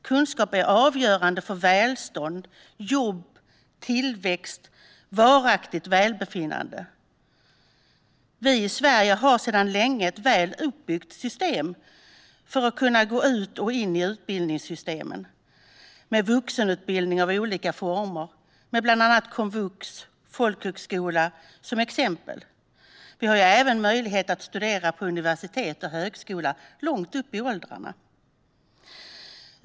Kunskap är avgörande för välstånd, jobb, tillväxt och varaktigt välbefinnande. Vi i Sverige har sedan länge ett väl uppbyggt system för att människor ska kunna gå in i och ut ur utbildningssystemen. Vi har vuxenutbildning i olika former, med bland annat komvux och folkhögskola som exempel. Vi har även möjlighet att studera på universitet och högskola långt upp i åldrarna.